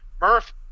Murph